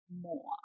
more